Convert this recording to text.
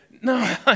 No